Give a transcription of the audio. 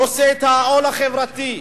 נושא בעול החברתי.